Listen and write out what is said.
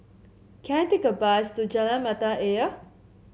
can I take a bus to Jalan Mata Ayer